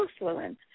influence